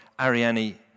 Ariane